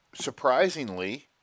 Surprisingly